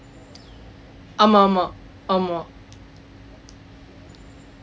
ஆமாம் ஆமாம் ஆமாம்:aamaam aamaam aamaam